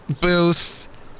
booth